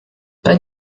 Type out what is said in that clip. bei